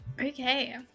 Okay